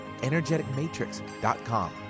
energeticmatrix.com